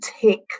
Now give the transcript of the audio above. take